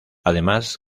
además